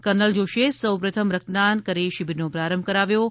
kernel જોશીએ સૌપ્રથમ રક્તદાન કરી શિબિરનો પ્રારંભ કરાવ્યો હતો